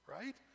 right